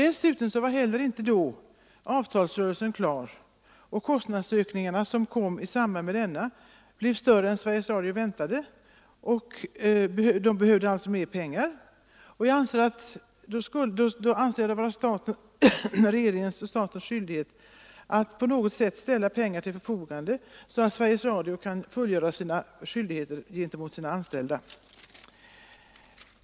Dessutom var då inte heller avtalsrörelsen klar, och kostnadsökningarna som hade samband med denna blev större än Sveriges Radio väntade; jag anser att det då är regeringens — statens — skyldighet att på något sätt ställa pengar till förfogande, så att Sveriges miska situation Radio kan fullfölja sina skyldigheter gentemot sina anställda.